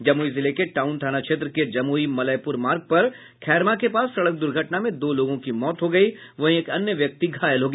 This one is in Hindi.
जमुई जिले के टाउन थाना क्षेत्र के जमुई मलयपुर मार्ग पर खैरमा के पास सड़क दुर्घटना में दो लोगों की मौत हो गई वहीं एक अन्य व्यक्ति घायल हो गया